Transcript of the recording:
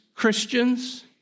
Christians